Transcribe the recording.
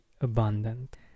abundant